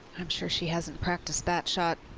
i'm sure she hasn't practiced that shot